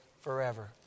forever